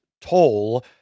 Toll